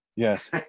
Yes